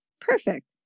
Perfect